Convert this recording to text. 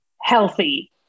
healthy